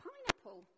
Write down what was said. Pineapple